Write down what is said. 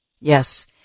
Yes